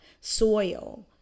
soil